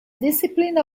discipline